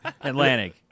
Atlantic